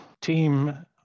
team